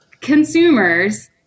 consumers